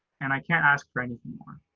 and i can't ask for anything more.